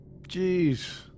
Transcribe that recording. Jeez